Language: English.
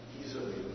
easily